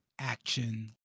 action